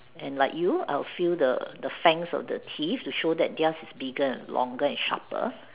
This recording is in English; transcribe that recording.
and like you I will feel the the fangs of the teeth to show that theirs is bigger and longer and sharper